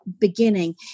Beginning